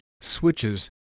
switches